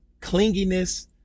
clinginess